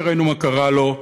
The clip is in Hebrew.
שראינו מה קרה לו,